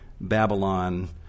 Babylon